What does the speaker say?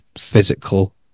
physical